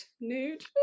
nude